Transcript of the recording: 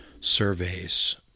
surveys